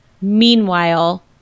Meanwhile